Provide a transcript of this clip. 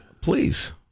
Please